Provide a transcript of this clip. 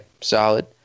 solid